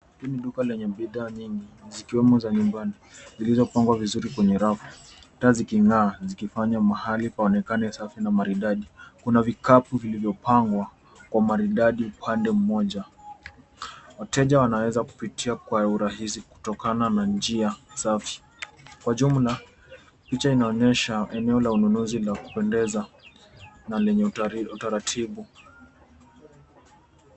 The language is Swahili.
Hili ni duka lenye bidhaa mingi zikiwemo za nyumbani zilizopangwa kwenye rafu. Taaa ziking'aa zikifanya mahali paonekane Safi Na maridadi, Kuna vikapu vilivyopangwa Kwa maridadi upande mmoja. Wateja wanaeza kupitia Kwa urahisi kutokana na njia safi. Kwa jumla picha inaonyesha eneo la ununuzi la kupendeza na lenye utaratibu.